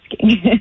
asking